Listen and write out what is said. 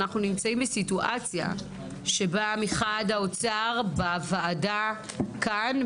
אנחנו נמצאים בסיטואציה שבה מחד האוצר בוועדה כאן,